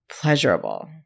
pleasurable